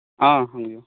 ꯑꯥ ꯍꯪꯕꯤꯎ